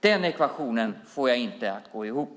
Den ekvationen får jag inte att gå ihop.